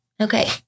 Okay